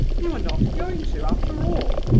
you are not going to, after all?